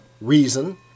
reason